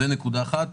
זו נקודה אחת.